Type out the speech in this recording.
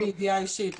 הוא מדבר מידיעה אישית.